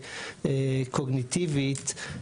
קוגניטיבית,